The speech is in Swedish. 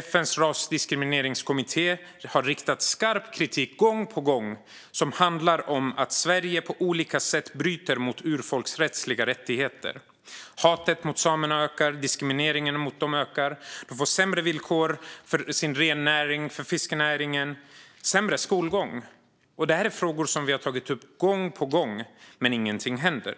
FN:s rasdiskrimineringskommitté har gång på gång riktat skarp kritik som handlar om att Sverige på olika sätt bryter mot urfolkens rättigheter. Hatet mot samerna ökar, och diskrimineringen av dem ökar. De får sämre villkor för sin rennäring och fiskenäring. De får sämre skolgång. Det här är frågor som vi har tagit upp gång på gång, men ingenting händer.